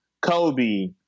Kobe